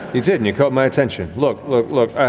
you did and you caught my attention. look, look, look.